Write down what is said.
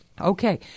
Okay